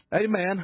Amen